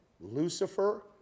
Lucifer